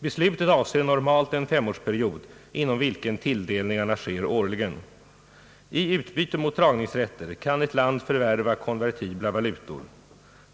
Beslutet avser normalt en femårsperiod inom vilken tilldelningarna sker årligen. I utbyte mot dragningsrätter kan ett land förvärva konvertibla valutor.